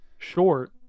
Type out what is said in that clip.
Short